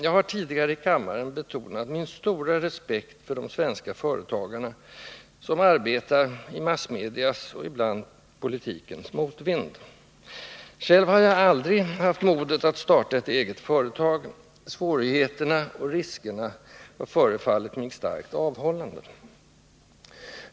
Jag har tidigare i kammaren betonat min stora respekt för de svenska företagarna, som arbetar i massmedias och ibland i politikens motvind. Själv har jag aldrig haft modet att starta ett eget företag — svårigheterna och riskerna har verkat starkt avhållande.